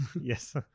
Yes